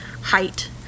height